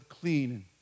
clean